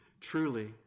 truly